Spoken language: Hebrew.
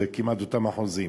זה כמעט אותם אחוזים.